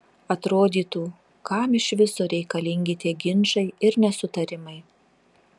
atrodytų kam iš viso reikalingi tie ginčai ir nesutarimai